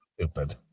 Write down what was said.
Stupid